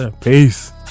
peace